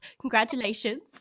Congratulations